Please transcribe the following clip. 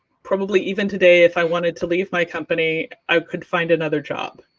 probably even today if i wanted to leave my company, i could find another job.